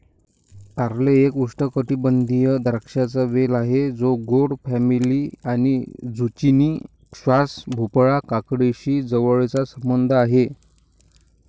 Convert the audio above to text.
कारले एक उष्णकटिबंधीय द्राक्षांचा वेल आहे जो गोड फॅमिली आणि झुचिनी, स्क्वॅश, भोपळा, काकडीशी जवळचा संबंध आहे